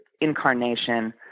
incarnation